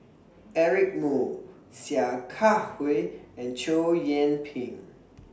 Eric Moo Sia Kah Hui and Chow Yian Ping